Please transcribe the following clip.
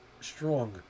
strong